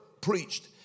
preached